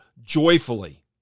joyfully